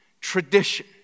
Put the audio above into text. Tradition